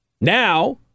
Now